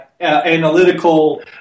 analytical